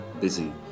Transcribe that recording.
busy